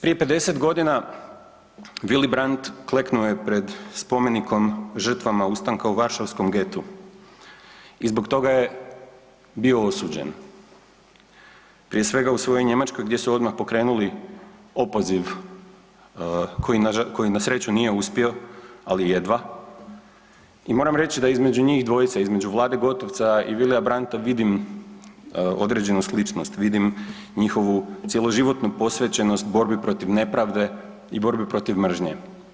Prije 50 godina Willy Brandt kleknuo je pred Spomenikom žrtvama ustanka u Varšavskom getu i zbog toga je bio osuđen, prije svega u svojoj Njemačkoj gdje su odmah pokrenuli opoziv koji na sreću nije uspio, ali jedva i moram reći da između njih dvojice između Vlade Gotovca i Willya Brandta vidim određenu sličnost, vidim njihovu cjeloživotnu posvećenost borbi protiv nepravde i borbi protiv mržnje.